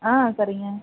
ஆ சரிங்க